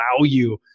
value